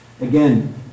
Again